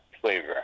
flavor